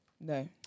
No